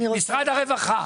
משרד הרווחה,